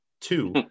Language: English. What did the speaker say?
two